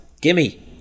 gimme